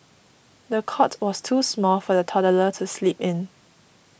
the cot was too small for the toddler to sleep in